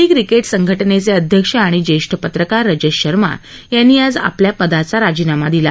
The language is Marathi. दिल्ली क्रिकेट संघटनेचे अध्यक्ष आणि ज्येष्ठ पत्रकार रजत शर्मा यांनी आज आपल्या पदाचा राजिनामा दिला